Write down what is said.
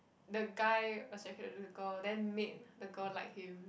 the guy attracted to the girl then make the girl like him